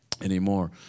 anymore